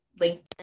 LinkedIn